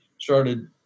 started